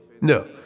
No